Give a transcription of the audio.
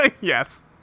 Yes